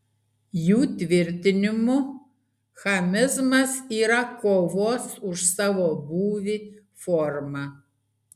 jų tvirtinimu chamizmas yra kovos už savo būvį forma